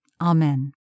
Amen